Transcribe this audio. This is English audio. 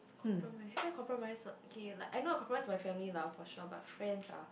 compromise where compromise what okay like I know I compromise my family lah for sure but friends ah